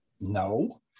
No